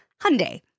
Hyundai